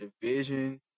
division